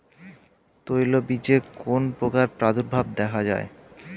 তৈলবীজে কোন পোকার প্রাদুর্ভাব দেখা যায়?